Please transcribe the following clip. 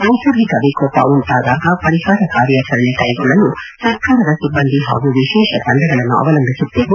ನೈಸರ್ಗಿಕ ವಿಕೋಪ ಉಂಟಾದಾಗ ಪರಿಹಾರ ಕಾರ್ಯಾಚರಣೆ ಕೈಗೊಳ್ಳಲು ಸರ್ಕಾರದ ಸಿಬ್ಲಂದಿ ಹಾಗೂ ವಿಶೇಷ ತಂಡಗಳನ್ನು ಅವಲಂಬಿಸುತ್ತೇವೆ